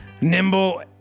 nimble